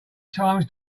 times